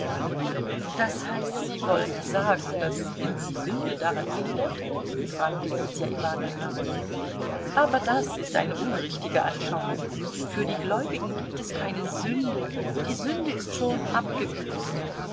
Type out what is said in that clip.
das heißt sie wollen sagen daß ihn die sünde daran hindert fragte lydia iwanowna aber das ist eine unrichtige anschauung für die gläubigen gibt es keine sünde die sünde ist schon abgebüßt